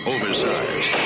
Oversized